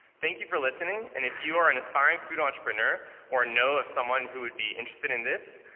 thank you for listening. and if you are an aspiring food entrepreneur or know of someone who would be interested in this,